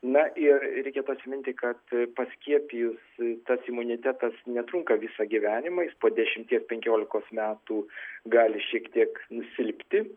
na ir reikėtų atsiminti kad paskiepijus tas imunitetas netrunka visą gyvenimą jis po dešimties penkiolikos metų gali šiek tiek nusilpti